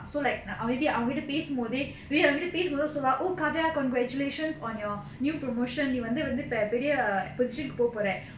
so like um maybe அவங்ககிட்ட பேசும்போதே வந்து பேசும்போதே சொல்லுவா:avangakitta pesumbodhae vandhu pesumbodhe solluva oh kadya congratulations on your new promotion நீ வந்து வந்து பெரிய:nee vandhu vandhu periya position போ போற:po pora